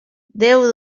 déu